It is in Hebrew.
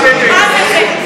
אבל תביני,